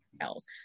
else